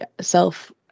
self